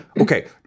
Okay